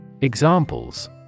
Examples